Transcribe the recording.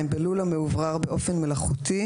בלול המאוורר באופן מלאכותי